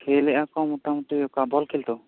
ᱠᱷᱮᱞᱮᱭᱟ ᱠᱚ ᱢᱳᱴᱟ ᱢᱩᱴᱤ ᱚᱠᱟ ᱵᱚᱞ ᱠᱷᱮᱞ ᱛᱳ